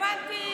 והבנתי,